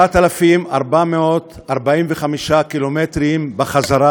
9,445 קילומטרים בחזרה,